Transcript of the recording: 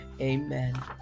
Amen